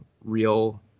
real